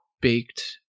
baked